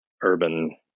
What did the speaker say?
urban